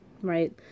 right